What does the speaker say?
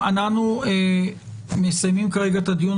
אנו מסיימים את הדיון.